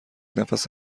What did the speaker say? نفس